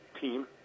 team